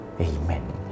Amen